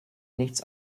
nichts